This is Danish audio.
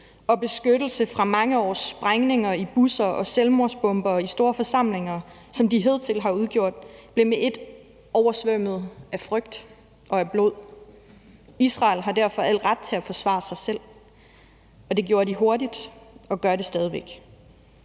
og beskyttelse fra mange års sprængninger i busser og selvmordsbombere i store forsamlinger, som de hidtil har udgjort, blev med ét oversvømmet af frygt og af blod. Israel har derfor al ret til at forsvare sig selv, og det gjorde de hurtigt og gør det stadig væk.